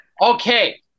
Okay